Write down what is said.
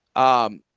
um,